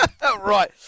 Right